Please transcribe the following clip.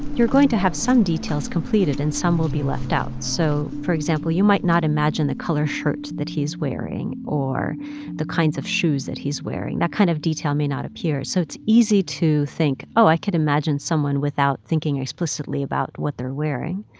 you're going to have some details completed and some will be left out. so for example, you might not imagine the color shirt that he's wearing or the kinds of shoes that he's wearing. that kind of detail may not appear. so it's easy to think, oh, i could imagine someone without thinking explicitly about what they're wearing.